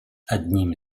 одними